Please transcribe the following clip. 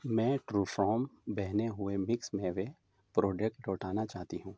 میں true farm بہنے ہوئے مکس میوے پروڈکٹ لوٹانا چاہتی ہوں